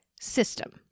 system